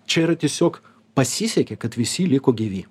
čia yra tiesiog pasisekė kad visi liko gyvi